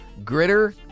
Gritter